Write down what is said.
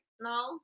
No